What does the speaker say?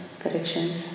corrections